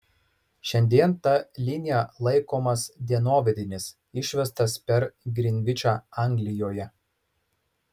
šiandien ta linija laikomas dienovidinis išvestas per grinvičą anglijoje